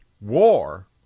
war